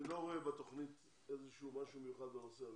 אני לא רואה בתוכנית משהו מיוחד בנושא הזה.